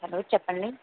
hello చెప్పండి